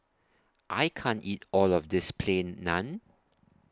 I can't eat All of This Plain Naan